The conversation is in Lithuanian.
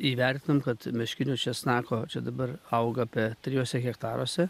įvertinant kad meškinio česnako čia dabar auga apie trijuose hektaruose